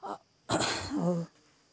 औ और